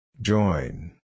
Join